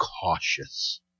cautious